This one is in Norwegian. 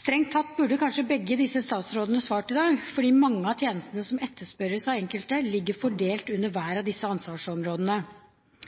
Strengt tatt burde kanskje begge disse statsrådene svart i dag, for mange av tjenestene som etterspørres av enkelte, ligger fordelt under hver av